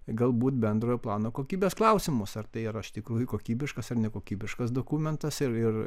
galbūt bendrojo plano kokybės klausimus ar tai yra iš tikrųjų kokybiškas ar nekokybiškas dokumentas ir ir